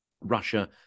Russia